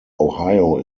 ohio